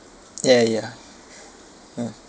ya ya mm